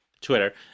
Twitter